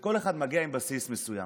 וכל אחד מגיע עם בסיס מסוים.